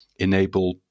enable